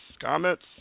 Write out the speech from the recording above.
comments